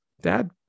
Dad